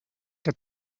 que